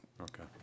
Okay